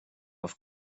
auf